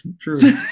true